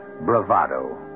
bravado